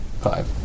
Five